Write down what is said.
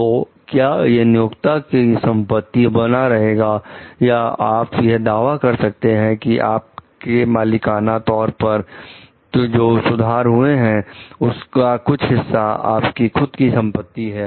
तो क्या यह नियोक्ता की संपत्ति बना रहेगा या आप यह दावा कर सकते हैं कि आपके मालिकाना तौर पर जो सुधार हुए हैं उनका कुछ हिस्सा आपकी खुद की संपत्ति है